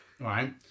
right